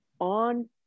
on